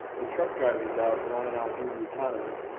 the truck-driving jobs and on and on through the economy.